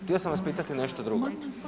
Htio sam vas pitati nešto drugo.